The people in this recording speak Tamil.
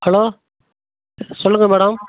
ஹலோ சொல்லுங்கள் மேடம்